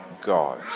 God